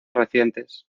recientes